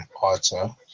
author